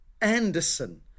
Anderson